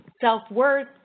self-worth